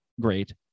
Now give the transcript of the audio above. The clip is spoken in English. great